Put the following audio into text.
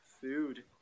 food